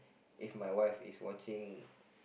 if my wife is watching